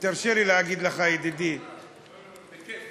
ותרשה לי להגיד לך ידידי, בכיף.